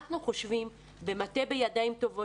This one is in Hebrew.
אנחנו במטה בידיים טובות,